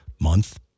month